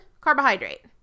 carbohydrate